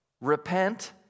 repent